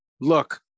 Look